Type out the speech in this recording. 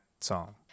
song